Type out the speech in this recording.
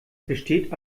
besteht